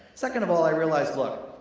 second of all, i realized, look,